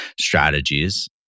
strategies